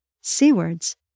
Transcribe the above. Seawards